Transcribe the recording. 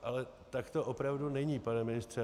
Ale tak to opravdu není, pane ministře.